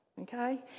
okay